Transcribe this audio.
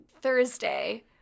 Thursday